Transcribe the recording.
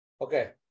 Okay